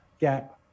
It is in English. gap